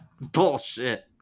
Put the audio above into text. Bullshit